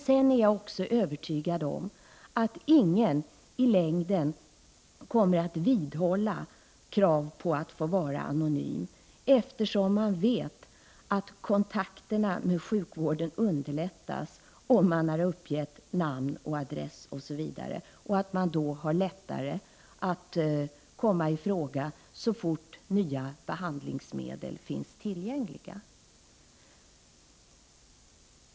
Jag är också övertygad om att ingen i längden kommer att vidhålla krav på att få vara anonym, eftersom man vet att kontakterna med sjukvården underlättas om man har uppgett namn, adress osv. och att man då har lättare att komma i fråga så fort nya behandlingsmedel finns tillgängliga.